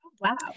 Wow